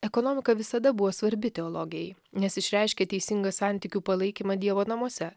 ekonomika visada buvo svarbi teologijai nes išreiškia teisingą santykių palaikymą dievo namuose